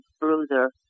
bruiser